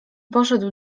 poszedł